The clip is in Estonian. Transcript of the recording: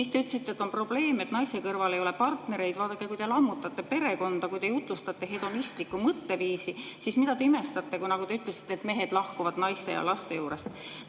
olemas. Te ütlesite, et on probleem, et naiste kõrval ei ole partnereid. Vaadake, kui te lammutate perekonda, kui te jutlustate hedonistlikku mõtteviisi, siis mida te imestate, kui – nagu te ütlesite – mehed lahkuvad naiste ja laste juurest.